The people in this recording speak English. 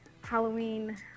Halloween